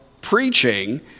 preaching